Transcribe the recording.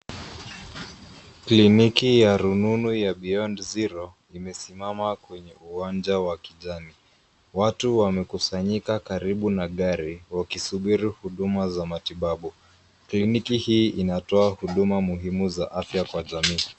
Kliniki ya rununu ya Beyond Zero imesimama kwenye uwanja wa kijani. Watu wamekusanyika karibu na gari wakisubiri huduma za matibabu. Kliniki hii inatoa huduma muhimu za afya kwa jamii.